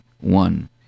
one